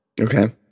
Okay